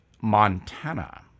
Montana